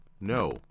No